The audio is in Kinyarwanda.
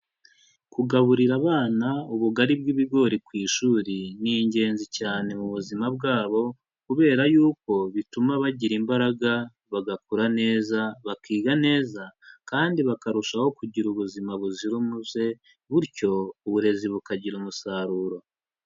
Kugaburira abana ubugari bw'ibigori ku ishuri ni ingenzi cyane mu buzima bwabo, kubera yuko bituma bagira imbaraga, bagakura neza, bakiga neza kandi bakarushaho kugira ubuzima buzira umuze, bityo uburezi bukagira umusaruro.